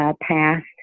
Passed